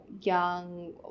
young